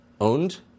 owned